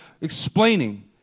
explaining